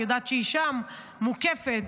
אני יודעת שהיא שם, מוקפת.